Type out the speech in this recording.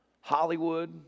Hollywood